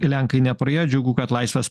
lenkai nepraėjo džiugu kad laisvės